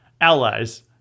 allies